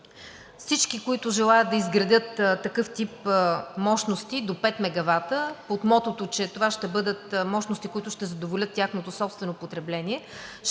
всички, които желаят да изградят такъв тип мощности до 5 мегавата под мотото, че това ще бъдат мощности, които ще задоволят тяхното собствено потребление,